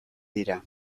dira